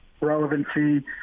relevancy